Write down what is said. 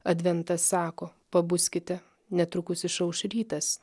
adventas sako pabuskite netrukus išauš rytas